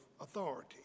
authority